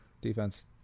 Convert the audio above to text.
defense